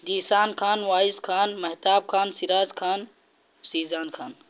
Zeeshan Khan Waiz Khan Mahtab Khan Siraj Khan Shizan Khan